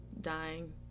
dying